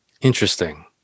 Interesting